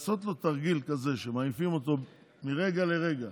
ולעשות לו תרגיל כזה שמעיפים אותו מהרגע להרגע